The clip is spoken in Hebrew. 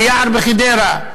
"ביער בחדרה",